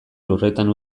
lurretan